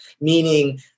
meaning